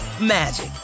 magic